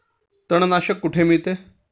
तणनाशक कुठे मिळते?